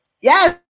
Yes